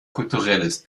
kulturelles